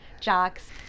jocks